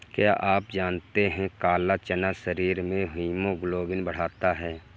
क्या आप जानते है काला चना शरीर में हीमोग्लोबिन बढ़ाता है?